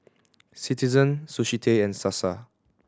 Citizen Sushi Tei and Sasa